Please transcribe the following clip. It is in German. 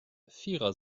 vierer